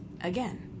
again